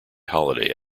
holiday